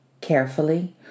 Carefully